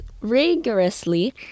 rigorously